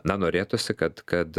na norėtųsi kad kad